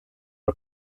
are